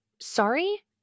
sorry